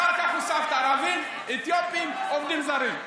אחר כך הוספת ערבים, אתיופים, עובדים זרים.